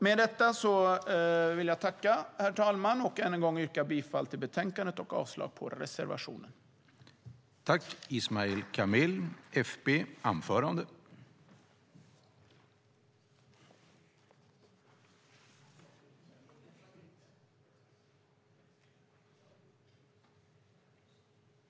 Med detta vill jag än en gång yrka bifall till förslaget i betänkandet och avslag på reservationen, herr talman.